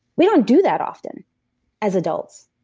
we don't do that often as adults.